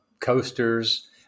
coasters